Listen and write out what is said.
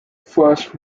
first